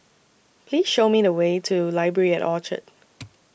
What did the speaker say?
Please Show Me The Way to Library At Orchard